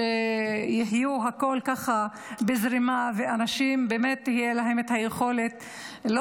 שהכול יהיה בזרימה ולאנשים באמת תהיה היכולת לא